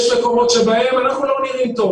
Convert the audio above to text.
יש מקומות שבהם אנחנו לא נראים טוב,